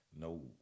no